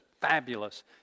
fabulous